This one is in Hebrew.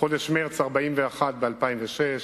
בחודש מרס, 41 ב-2006,